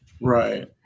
Right